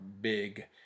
big